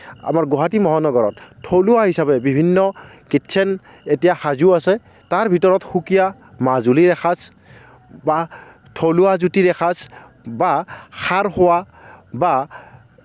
আমাৰ গুৱাহাটী মহানগৰত থলুৱা হিচাপে বিভিন্ন কিচ্ছেন এতিয়া সাজু আছে তাৰ ভিতৰত সুকীয়া মাজুলিৰ এসাঁজ বা থলুৱা জুতিৰ এসাঁজ বা খাৰ খোৱা বা